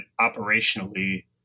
operationally